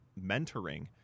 mentoring